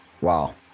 Wow